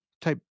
type